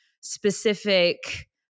specific